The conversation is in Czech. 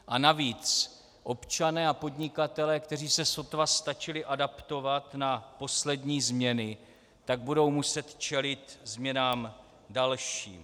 A navíc občané a podnikatelé, kteří se sotva stačili adaptovat na poslední změny, budou muset čelit změnám dalším.